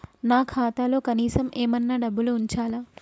నా ఖాతాలో కనీసం ఏమన్నా డబ్బులు ఉంచాలా?